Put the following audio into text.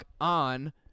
on